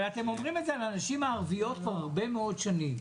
אבל אתם אומרים את זה על הנשים הערביות כבר הרבה מאוד שנים.